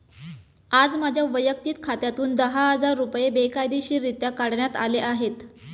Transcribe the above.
आज माझ्या वैयक्तिक खात्यातून दहा हजार रुपये बेकायदेशीररित्या काढण्यात आले आहेत